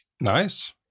Nice